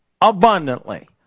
abundantly